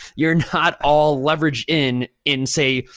you're not all leveraged in in, say,